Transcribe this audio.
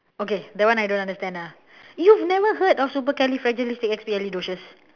okay that one I don't understand ah you've never heard of supercalifragilisticexpialidocious